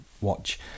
watch